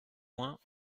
moins